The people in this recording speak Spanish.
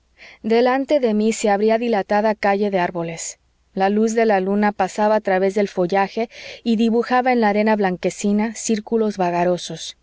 delante de mí se abría dilatada calle de árboles la luz de la luna pasaba a través del follaje y dibujaba en la arena blanquecina círculos